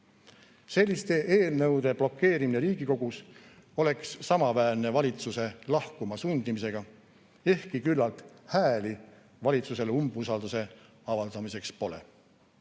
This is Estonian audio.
Selliste eelnõude blokeerimine Riigikogus oleks samaväärne valitsuse lahkuma sundimisega, ehkki küllalt hääli valitsusele umbusalduse avaldamiseks pole.